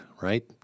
right